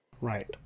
Right